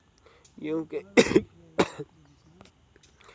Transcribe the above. गंहू के खेती मां रसायनिक खाद डालबो ता गंहू के पौधा ला कितन पोषक तत्व मिलही?